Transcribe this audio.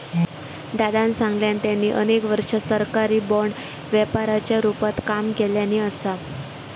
दादानं सांगल्यान, त्यांनी अनेक वर्षा सरकारी बाँड व्यापाराच्या रूपात काम केल्यानी असा